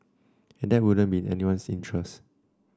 and that wouldn't be in anyone's interest